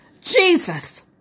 Jesus